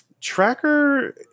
tracker